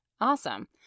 Awesome